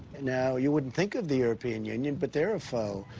now, you wouldn't think of the european union, but they're a foe.